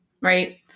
Right